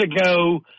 ago